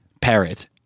parrot